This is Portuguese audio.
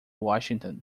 washington